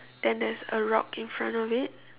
then there's a rock in front of it